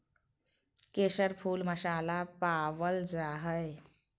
केसर फुल मसाला पावल जा हइ